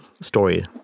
story